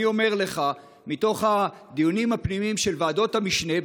אני אומר לך מתוך הדיונים הפנימיים של ועדות המשנה,